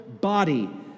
body